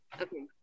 Okay